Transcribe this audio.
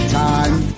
time